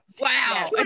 wow